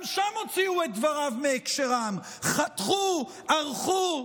גם שם הוציאו את דבריו מהקשרם, חתכו, ערכו.